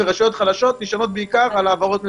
וחלשות נשענות בעיקר על העברות ממשלה.